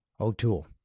O'Toole